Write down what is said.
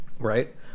Right